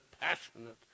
passionate